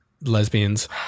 lesbians